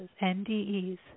NDEs